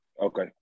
Okay